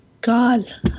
god